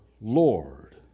Lord